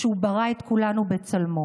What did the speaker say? כשהוא ברא את כולנו בצלמו.